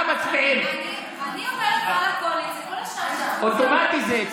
לספורטאי עקב זכייה במדליה במשחקים האולימפיים או באליפויות העולם